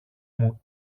μου